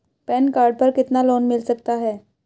Pan card पर कितना loan मिल सकता है?